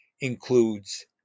includes